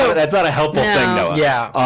so that's not a helpful you know yeah